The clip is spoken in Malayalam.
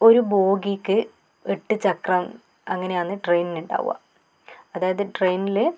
ഒരു ബോഗിക്ക് എട്ട് ചക്രം അങ്ങനെയാന്ന് ട്രെയിനിന് ഉണ്ടാവുക അതായത് ട്രെയിനിൽ